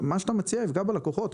מה שאתה מציע יפגע בלקוחות.